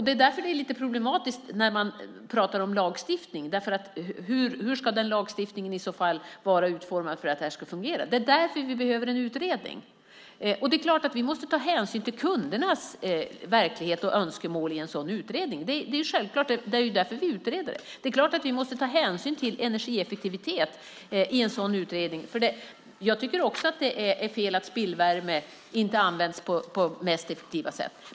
Det är därför som det är lite problematiskt när man talar om lagstiftning. Hur ska den lagstiftningen vara utformad för att det ska fungera? Det är därför vi behöver en utredning. Vi måste ta hänsyn till kundernas verklighet och önskemål i en sådan utredning. Det är självklart. Det är därför vi utreder. Det är klart att vi måste ta hänsyn till energieffektivitet i en sådan utredning. Också jag tycker att det är fel att spillvärme inte används på mest effektiva sätt.